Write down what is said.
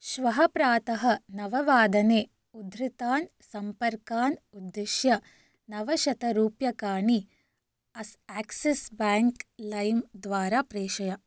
श्वः प्रातः नववादने उद्धृतान् सम्पर्कान् उद्दिश्य नवशतरूप्यकाणि अक्सिस् बेङ्क् लैम् द्वारा प्रेषय